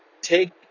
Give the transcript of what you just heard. take